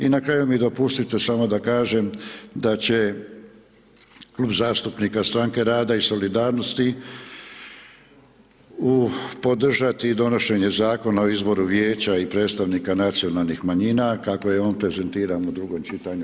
I na kraju mi dopustite samo da kažem da će Klub zastupnika Stranke rada i solidarnosti u, podržati donošenje Zakona o izboru Vijeća i predstavnika nacionalnih manjina kako je on prezentiran u drugom čitanju.